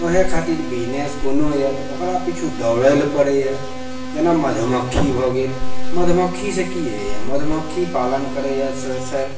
तऽ वएह खातिर बिजनेस कोनो यऽ तऽ ओकरा पीछू दौड़ै लए पड़ै यऽ जेना मधुमक्खी भए गेल मधुमक्खीसँ की हैय यऽ मधुमक्खी पालन करै यऽ